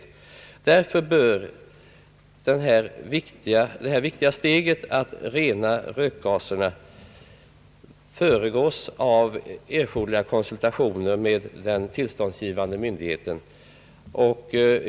Därför bör det viktiga steget att rena rökgaserna föregås av erforderliga konsultationer med den tillståndsgivande myndigheten.